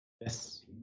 Yes